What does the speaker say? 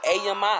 AMI